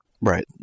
Right